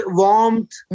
warmth